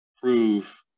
prove